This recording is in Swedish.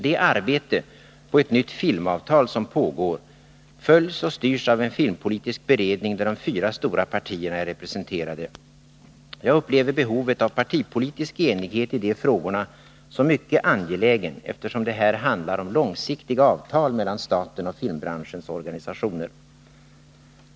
Det arbete på ett nytt filmavtal som pågår följs och styrs av en filmpolitisk beredning, där de fyra stora partierna är representerade. Jag upplever behovet av partipolitisk enighet i de frågorna som mycket angeläget, eftersom det här handlar om långsiktiga avtal mellan staten och filmbranschens organisationer.